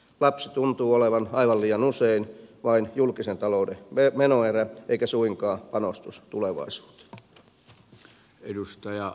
lapsi tuntuu olevan aivan liian usein vain julkisen talouden menoerä eikä suinkaan panostus tulevaisuuteen